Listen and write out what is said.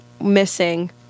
missing